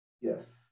Yes